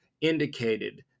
indicated